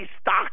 stock